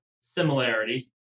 similarities